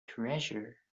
treasure